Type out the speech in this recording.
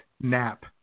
nap